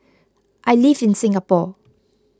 I live in Singapore